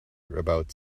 about